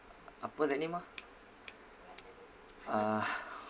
apa the name ah uh